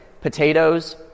Potatoes